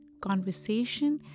conversation